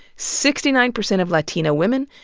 sixty nine percent of latina women,